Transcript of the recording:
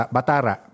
Batara